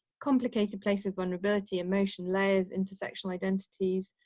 complicated place of vulnerability, emotion layers, intersectional dentatis,